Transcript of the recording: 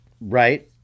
Right